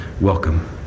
welcome